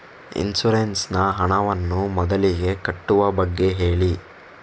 insurance ನ ಹಣವನ್ನು ಮೊದಲಿಗೆ ಕಟ್ಟುವ ಬಗ್ಗೆ ಹೇಳಿ